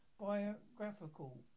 biographical